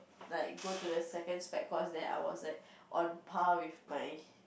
like go to the second spec course then I was like on par with my